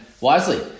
wisely